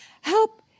Help